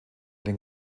den